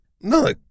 No